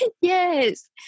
Yes